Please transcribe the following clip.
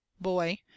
boy